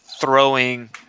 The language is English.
throwing